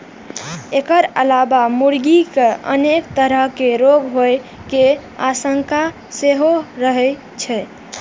एकर अलावे मुर्गी कें अनेक तरहक रोग होइ के आशंका सेहो रहै छै